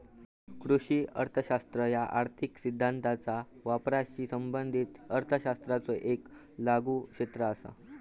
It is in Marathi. कृषी अर्थशास्त्र ह्या आर्थिक सिद्धांताचा वापराशी संबंधित अर्थशास्त्राचो येक लागू क्षेत्र असा